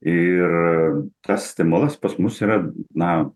ir tas stimulas pas mus yra na